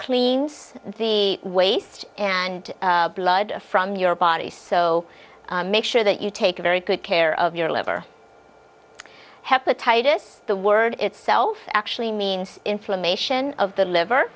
cleans the waste and blood from your body so make sure that you take very good care of your liver hepatitis the word itself actually means inflammation of the liver